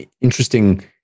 interesting